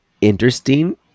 interesting